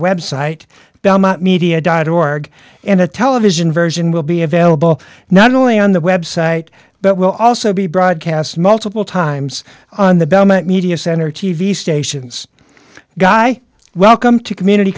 website belmont media dot org and a television version will be available not only on the website but will also be broadcast multiple times on the belmont media center t v stations guy welcome to community